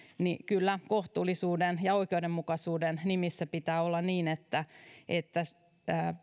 kyllä kohtuullisuuden ja oikeudenmukaisuuden nimissä pitää olla niin että että